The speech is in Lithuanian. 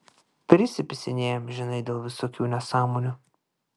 prisipisinėja amžinai dėl visiškų nesąmonių